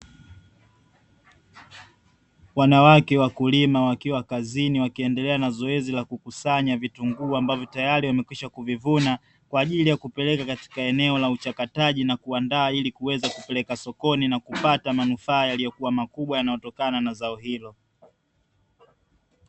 Wanawake wakulima wakiwa kazini wakiendelea na zoezi la kukusanya vitunguu ambavyo tayari vimekwisha kuvivuna, kwa ajili ya kupeleka katika eneno la uchakataji na kuandaa, ili kuweza kupeleka sokoni na kupata manufaa yaliyokua makubwa yanayotokana na zao hilo.